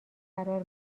قرار